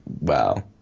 wow